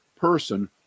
person